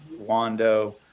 Wando